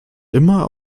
immer